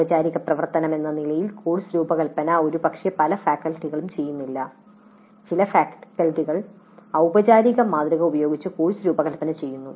ഔപചാരിക പ്രവർത്തനമെന്ന നിലയിൽ കോഴ്സ് രൂപകൽപ്പന ഒരുപക്ഷേ പല ഫാക്കൽറ്റികളും ചെയ്യുന്നില്ല ചില ഫാക്കൽറ്റികൾ ഔപചാരിക മാതൃക ഉപയോഗിച്ച് കോഴ്സുകൾ രൂപകൽപ്പന ചെയ്യുന്നു